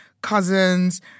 cousins